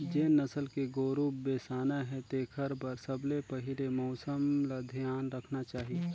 जेन नसल के गोरु बेसाना हे तेखर बर सबले पहिले मउसम ल धियान रखना चाही